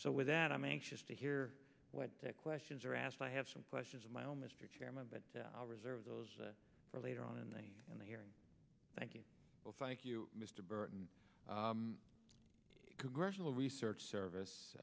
so with that i'm anxious to hear what questions are asked i have some questions of my own mr chairman but i'll reserve those for later on in the in the hearing thank you well thank you mr burton congressional research service